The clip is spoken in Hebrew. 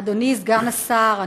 אדוני סגן השר,